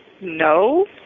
No